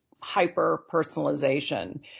hyper-personalization